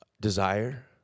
desire